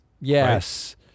yes